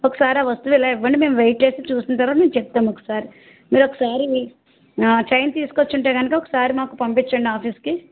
ఒకసారి ఆ వస్తువు ఇలా ఇవ్వండి మేము వెయిట్ వేసీ చూసిన తరువాత మేము చెప్తాము ఒకసారి మీరు ఒకసారి మీ ఆ చెయిన్ తీసుకొచ్చి ఉంటీ కనుక ఒకసారి మాకు పంపించండి ఆఫీస్కి